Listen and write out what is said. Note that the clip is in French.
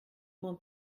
mon